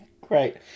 Great